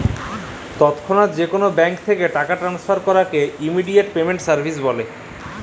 তৎক্ষনাৎ যে কোলো ব্যাংক থ্যাকে টাকা টেনেসফারকে ইমেডিয়াতে পেমেন্ট সার্ভিস ব্যলে